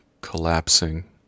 collapsing